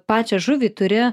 pačią žuvį turi